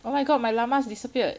oh my god my llamas disappeared